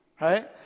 Right